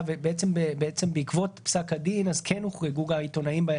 ובעצם בעקבות פסק הדין כן הוחרגו העיתונאים,